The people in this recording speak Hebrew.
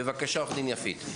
בבקשה, עורכת דין יפית.